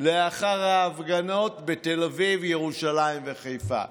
לאחר ההפגנות בתל אביב, ירושלים וחיפה.